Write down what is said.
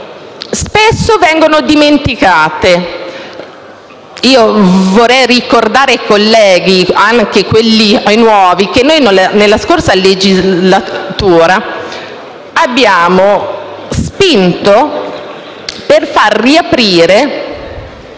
spesso vengono dimenticate. Vorrei ricordare ai colleghi, anche a quelli nuovi, che nella scorsa legislatura abbiamo spinto per far aprire